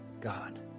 God